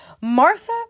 Martha